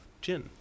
gin